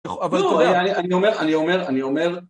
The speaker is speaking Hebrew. אני אומר, אני אומר, אני אומר